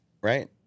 Right